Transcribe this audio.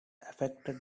affected